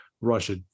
russia